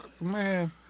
Man